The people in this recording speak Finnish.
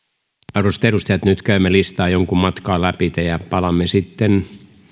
arvoisat edustajat nyt käymme listaa jonkun matkaa läpi ja palaamme sitten